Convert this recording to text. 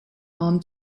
palm